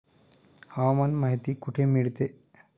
हवामान माहिती कुठे मिळते?